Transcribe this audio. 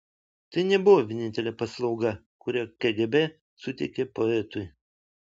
tai nebuvo vienintelė paslauga kurią kgb suteikė poetui